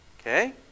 Okay